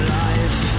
life